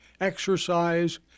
exercise